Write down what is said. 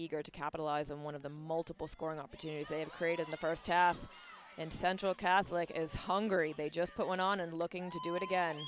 eager to capitalize on one of the multiple scoring opportunities they have created in the first half and central catholic as hungary they just put one on and looking to do it again